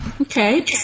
Okay